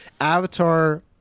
avatar